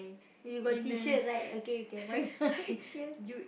you got T-shirt right okay you can wipe tears